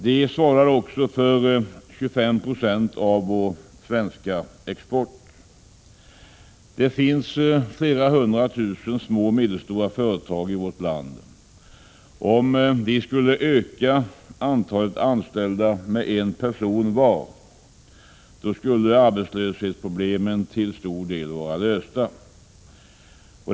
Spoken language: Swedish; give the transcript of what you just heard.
De svarar också för 25 96 av vår svenska export. Det finns flera hundra tusen små och medelstora företag i vårt land. Om de skulle öka antalet anställda med en person var, skulle arbetslöshetsproblemen till stor del vara lösta.